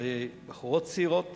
בחיי בחורות צעירות,